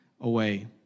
away